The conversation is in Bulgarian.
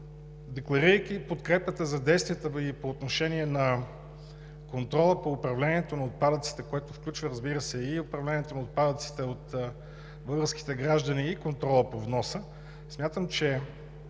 Декларирайки подкрепата за действията Ви по отношение на контрола по управлението на отпадъците, което включва и управлението на отпадъците от българските граждани, и контрола по вноса, смятам, че